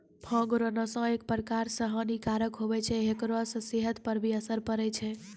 भांग रो नशा एक प्रकार से हानी कारक हुवै छै हेकरा से सेहत पर भी असर पड़ै छै